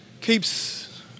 keeps